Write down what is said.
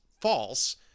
false